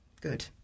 Good